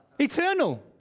eternal